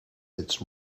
its